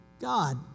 God